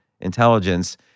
intelligence